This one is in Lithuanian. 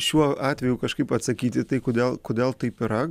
šiuo atveju kažkaip atsakyti tai kodėl kodėl taip yra